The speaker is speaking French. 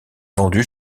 vendu